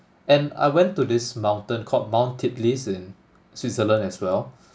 and I went to this mountain called mount titlis in Switzerland as well